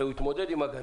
הרי הוא התמודד עם הגנב,